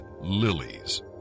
Lilies